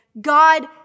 God